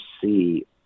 see